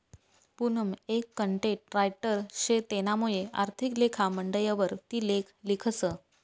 पूनम एक content writer शे तेनामुये आर्थिक लेखा मंडयवर ती लेख लिखस